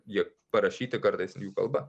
jie parašyta kartais jų kalba